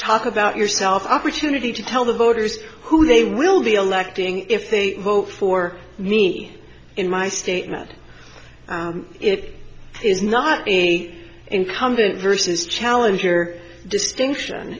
talk about yourself opportunity to tell the voters who they will be electing if they vote for me in my statement it is not me incumbent versus challenger distinction